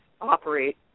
operate